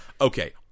okay